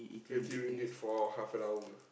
eighty ringgit for half an hour